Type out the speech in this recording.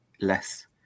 less